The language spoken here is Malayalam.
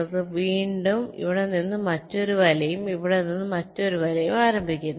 ഞങ്ങൾ വീണ്ടും ഇവിടെ നിന്ന് മറ്റൊരു വലയും ഇവിടെ നിന്ന് മറ്റൊരു വലയും ആരംഭിക്കുന്നു